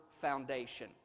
foundation